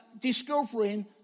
discovering